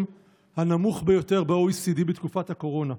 הנמוך ביותר ב-OECD בתקופת הקורונה.